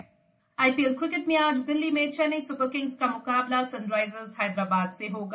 IPL cricket IPL cricket में आज दिल्ली में चेन्नई सुपरकिंग्स का मुकाबला सनराइजर्स हैदराबाद से होगा